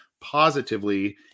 positively